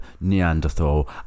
Neanderthal